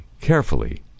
carefully